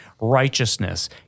righteousness